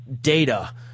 data